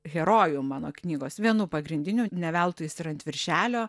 heroju mano knygos vienu pagrindinių ne veltui jis ir ant viršelio